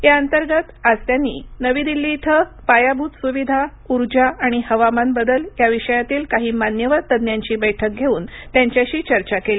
याअंतर्गत आज त्यांनी नवी दिल्लीत पायाभूत सुविधा ऊर्जा आणि हवामान बदल या विषयातील काही मान्यवर तज्ञांची बैठक घेऊन त्यांच्याशी चर्चा केली